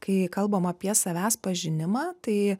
kai kalbam apie savęs pažinimą tai